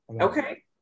Okay